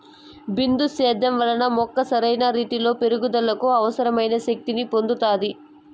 బిందు సేద్యం వలన మొక్క సరైన రీతీలో పెరుగుదలకు అవసరమైన శక్తి ని పొందుతాది